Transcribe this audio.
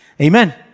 Amen